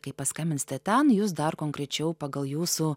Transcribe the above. kai paskambinsite ten jus dar konkrečiau pagal jūsų